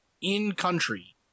in-country